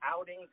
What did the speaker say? outing